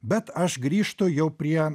bet aš grįžtu jau prie